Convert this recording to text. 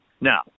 Now